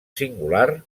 singular